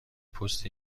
پست